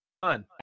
fun